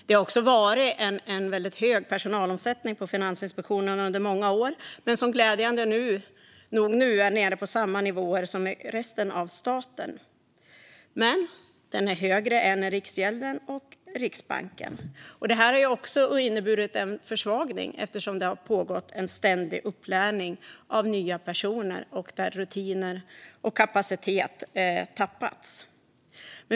Det har också varit en hög personalomsättning på Finansinspektionen under många år. Men glädjande nog är den nu på samma nivå som i resten av staten. Dock är den högre än i Riksgälden och i Riksbanken. Det här har också inneburit en försvagning eftersom det har pågått en ständig upplärning av nya personer samtidigt som rutiner och kapacitet har tappats.